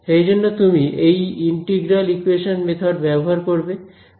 সেইজন্যে তুমি এই ইন্টিগ্রাল ইকোয়েশন মেথড ব্যবহার করবে